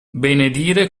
benedire